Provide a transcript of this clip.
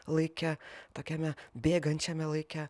laike tokiame bėgančiame laike